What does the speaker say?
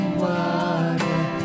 water